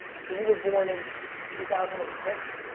so, you were born in two thousand and six?